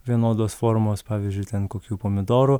vienodos formos pavyzdžiui ten kokių pomidorų